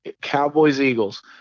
Cowboys-Eagles